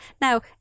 Now